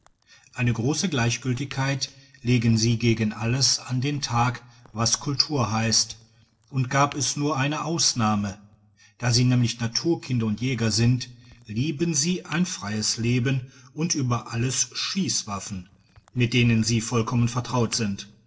eine grosse gleichgiltigkeit legen sie gegen alles an den tag was kultur heisst und gab es nur eine ausnahme da sie nämlich naturkinder und jäger sind lieben sie ein freies leben und über alles schiesswaffen mit denen sie vollkommen vertraut sind